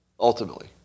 ultimately